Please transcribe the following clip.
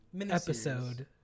episode